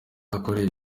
akorera